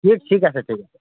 ঠিক ঠিক আছে ঠিক আছে